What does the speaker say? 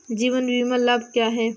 जीवन बीमा लाभ क्या हैं?